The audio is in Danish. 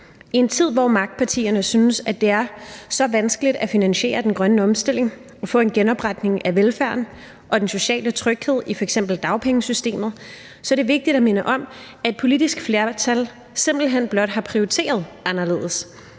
I en tid, hvor magtpartierne synes, at det er så vanskeligt at finansiere den grønne omstilling og få en genopretning af velfærden og af den sociale tryghed i f.eks. dagpengesystemet, så er det vigtigt at minde om, at et politisk flertal simpelt hen blot har prioriteret anderledes,